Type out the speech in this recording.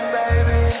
baby